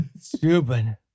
stupid